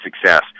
success